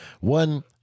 One